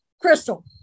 Crystal